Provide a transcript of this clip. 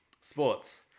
Sports